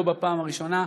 לא בפעם הראשונה,